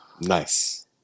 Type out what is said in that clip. Nice